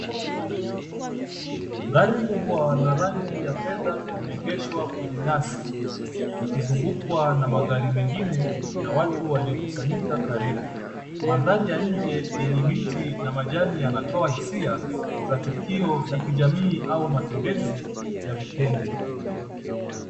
Gari kubwa la rangi ya fedha limeegeshwa kwenye nyasi, likizungukwa na magari mengine na watu waliokusanyika karibu. Mandhari ya nje yenye miti na majani yanatoa hisia za tukio la kijamii au matembezi ya wikendi.